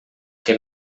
que